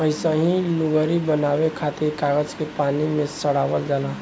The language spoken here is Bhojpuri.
अइसही लुगरी बनावे खातिर कागज के पानी में सड़ावल जाला